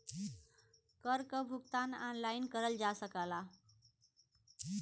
कर क भुगतान ऑनलाइन करल जा सकला